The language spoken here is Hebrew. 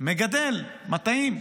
מגדל מטעים,